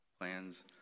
plans